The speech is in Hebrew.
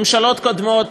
ממשלות קודמות,